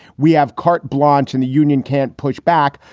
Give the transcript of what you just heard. we have carte blanche and the union can't push back.